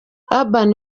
urban